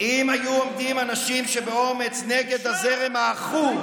אנשים שעומדים באומץ, אתה תומך טרור.